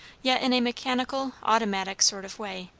yet in a mechanical, automatic sort of way,